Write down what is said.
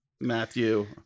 Matthew